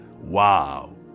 Wow